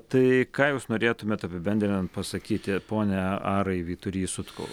tai ką jūs norėtumėt apibendrinant pasakyti pone arai vytury sutkau